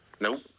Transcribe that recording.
Nope